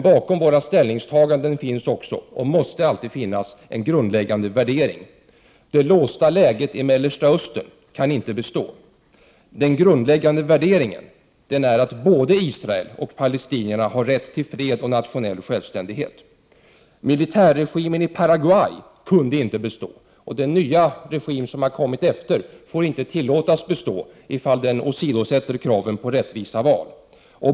Bakom våra ställningstaganden finns också, och måste alltid finnas, en grundläggande värdering. Det låsta läget i Mellersta Östern kan inte bestå. Den grundläggande värderingen är att både Israel och Palestina har rätt till fred och nationell självständighet. Militärregimen i Paraguay kunde inte bestå. Den nya regimen får inte tillåtas bestå om den åsidosätter kraven på rättvisa val.